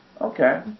okay